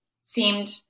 seemed